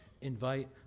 invite